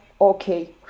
Okay